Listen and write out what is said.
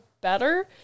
better